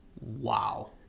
wow